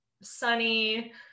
sunny